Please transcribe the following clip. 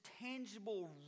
tangible